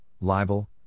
libel